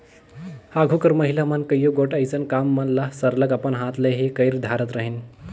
आघु कर महिला मन कइयो गोट अइसन काम मन ल सरलग अपन हाथ ले ही कइर धारत रहिन